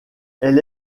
elle